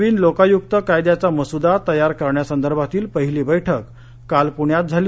नवीन लोकायुक्त कायद्याचा मसुदा तयार करण्यासंदर्भातील पहिली बैठक काल पूण्यात झाली